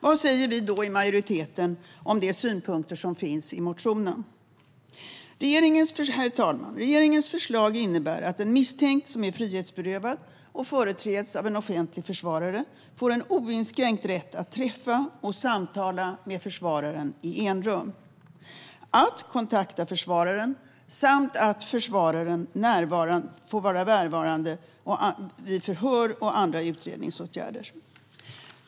Vad säger då vi i majoriteten om de synpunkter som finns i motionen? Herr talman! Regeringens förslag innebär att en misstänkt som är frihetsberövad och företräds av en offentlig försvarare får en oinskränkt rätt att träffa och samtala med försvararen i enrum och att kontakta försvara-ren. Det innebär även att försvararen får vara närvarande vid förhör och andra utredningsåtgärder.